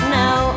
now